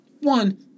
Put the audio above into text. One